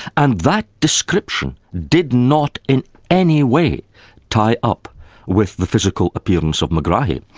and that description did not in any way tie up with the physical appearance of megrahi.